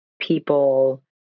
people